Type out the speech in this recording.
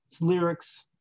lyrics